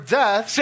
death